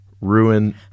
ruin